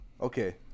Okay